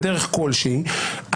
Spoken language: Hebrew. בדרך כלשהי,